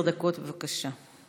עשר דקות, בבקשה.